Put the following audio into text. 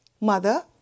mother